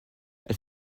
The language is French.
elle